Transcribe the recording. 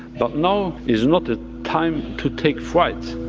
but now is not the time to take fright.